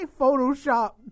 Photoshop